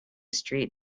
street